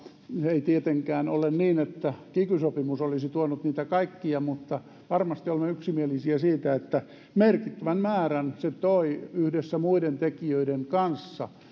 ei tietenkään ole niin että kiky sopimus olisi tuonut niitä kaikkia mutta varmasti olemme yksimielisiä siitä että merkittävän määrän se toi yhdessä muiden tekijöiden kanssa